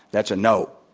that's a no.